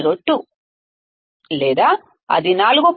702 లేదా అది 4